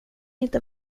inte